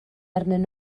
arnyn